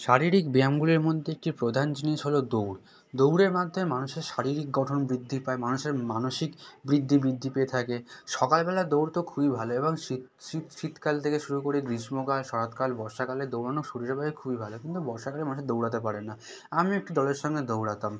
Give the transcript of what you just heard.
শারীরিক ব্যায়ামগুলির মধ্যে একটি প্রধান জিনিস হল দৌড় দৌড়ের মাধ্যমে মানুষের শারীরিক গঠন বৃদ্ধি পায় মানুষের মানসিক বৃদ্ধি বৃদ্ধি পেয়ে থাকে সকালবেলা দৌড় তো খুবই ভালো এবং শীত শীত শীতকাল থেকে শুরু করে গ্রীষ্মকাল শরৎকাল বর্ষাকালে দৌড়ানো শরীরের পক্ষে খুবই ভালো কিন্তু বর্ষাকালে মাঠে দৌড়াতে পারে না আমি একটি দলের সঙ্গে দৌড়াতাম